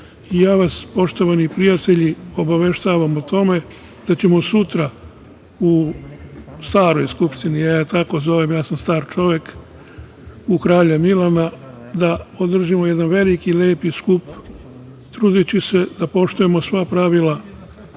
i ja vas poštovani prijatelji obaveštavam o tome da ćemo sutra u staroj Skupštini, ja je tako zovem, ja sam star čovek, u Kralja Milana, da održimo jedan veliki, lepi skup. Trudiću se da poštujemo sva pravila.